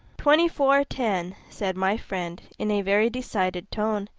twenty-four ten, said my friend, in a very decided tone,